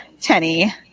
Tenny